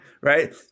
right